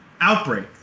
outbreak